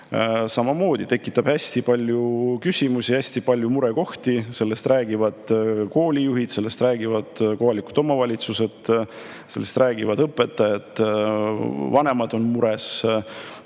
ülemineku reform hästi palju küsimusi, hästi palju murekohti. Sellest räägivad koolijuhid, sellest räägivad kohalikud omavalitsused, sellest räägivad õpetajad, vanemad on mures.